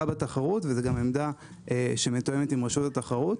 בתחרות וזו גם עמדה שמתואמת עם רשות התחרות.